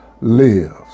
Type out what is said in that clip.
lives